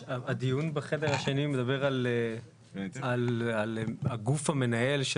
הדיון בחדר השני מדבר על הגוף המנהל,